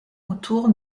autour